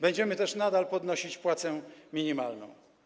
Będziemy też nadal podnosić płacę minimalną.